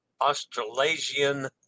Australasian